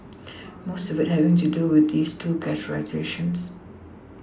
most of it having to do with those two categorisations